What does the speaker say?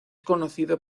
conocido